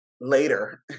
Later